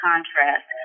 Contrast